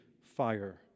fire